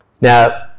Now